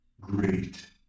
great